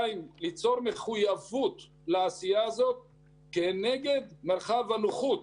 שנית, ליצור מחויבות לעשייה הזו כנגד מרחב הנוחות.